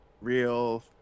real